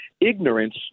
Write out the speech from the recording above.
ignorance